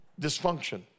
dysfunction